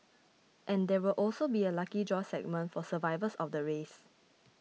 and there will also be a lucky draw segment for survivors of the race